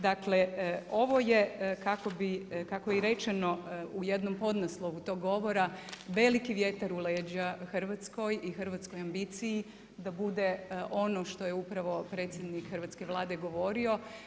Dakle, ovo je kako je i rečeno u jednom podnaslovu tog govora, veliki vjetar u leđa Hrvatskoj i hrvatskoj ambiciji da bude ono što je upravo predsjednik hrvatske Vlade govorio.